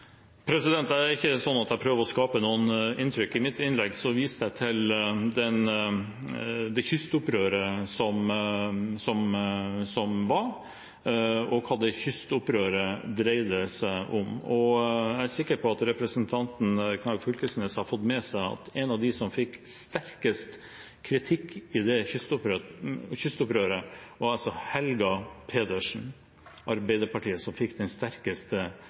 jeg prøver å skape noen inntrykk. I mitt innlegg viste jeg til det kystopprøret som var, og hva det kystopprøret dreide seg om. Jeg er sikker på at representanten Knag Fylkesnes har fått med seg at en av dem som fikk sterkest kritikk i det kystopprøret, var Helga Pedersen. Arbeiderpartiet fikk den sterkeste